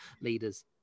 leaders